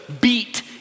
beat